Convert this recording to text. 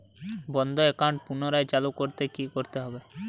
বন্ধ একাউন্ট পুনরায় চালু করতে কি করতে হবে?